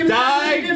die